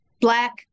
Black